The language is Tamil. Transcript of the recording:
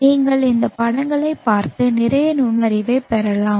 நீங்கள் இந்த படங்களை பார்த்து நிறைய நுண்ணறிவைப் பெறலாம்